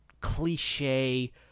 cliche